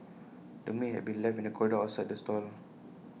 the meat had been left in the corridor outside the stall